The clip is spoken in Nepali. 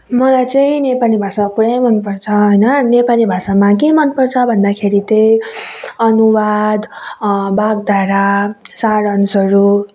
मलाई चाहिँ नेपाली भाषा पुरै मन पर्छ होइन नेपाली भाषामा के मन पर्छ भन्दाखेरि त्यही अनुवाद वाग्धारा सारांशहरू